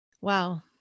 Wow